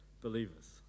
believers